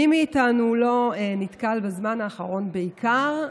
מי מאיתנו לא נתקל, בזמן האחרון בעיקר,